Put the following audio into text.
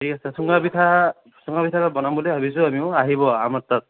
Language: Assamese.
ঠিক আছে চুঙা পিঠা চুঙা পিঠাটো বনাম বুলি ভাবিছোঁ আমিও আহিব আমাৰ তাত